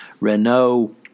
Renault